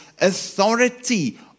authority